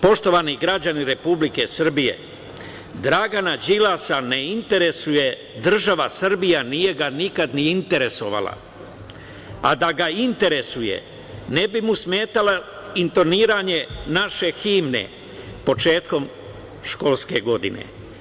Poštovani građani Republike Srbije, Dragana Đilasa ne interesuje država Srbija nije ga nikad ni interesovala, a da ga interesuje ne bi mu smetalo intoniranje naše himne početkom školske godine.